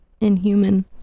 inhuman